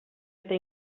eta